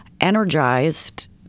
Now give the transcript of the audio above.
energized